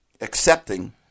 accepting